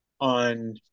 on